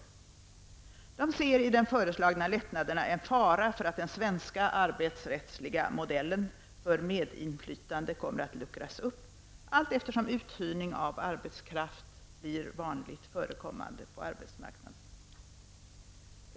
Vänstern ser i de föreslagna lättnaderna en fara för att den svenska arbetsrättsliga modellen för medinflytande kan komma att luckras upp allteftersom uthyrning av arbetskraft blir vanligt förekommande på arbetsmarknaden.